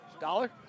Dollar